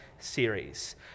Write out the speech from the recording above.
series